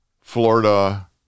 Florida